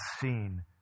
seen